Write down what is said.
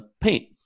paint